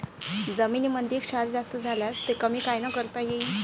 जमीनीमंदी क्षार जास्त झाल्यास ते कमी कायनं करता येईन?